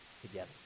together